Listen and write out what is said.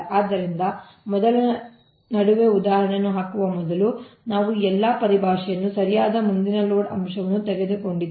ಆದ್ದರಿಂದ ಮೊದಲ ನಡುವೆ ಉದಾಹರಣೆಯನ್ನು ಹಾಕುವ ಮೊದಲು ನಾವು ಈ ಎಲ್ಲಾ ಪರಿಭಾಷೆಯನ್ನು ಸರಿಯಾದ ಮುಂದಿನ ಲೋಡ್ ಅಂಶವನ್ನು ತೆಗೆದುಕೊಂಡಿದ್ದೇವೆ